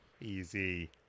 Easy